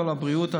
כל הבריאות,